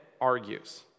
argues